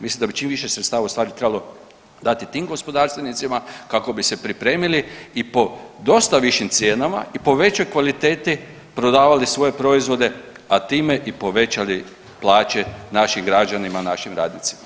Mislim da bi čim više sredstava ustvari trebalo dati tim gospodarstvenicima kako bi se pripremili i po dosta višim cijenama i po većoj kvaliteti prodavali svoje proizvode, a time i povećali plaće našim građanima, našim radnicima.